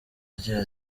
agira